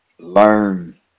Learn